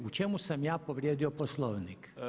U čemu sam ja povrijedio Poslovnik?